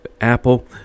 Apple